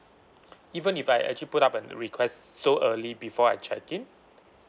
even if I actually put up a request so early before I check in